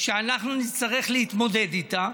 שאנחנו נצטרך להתמודד איתה.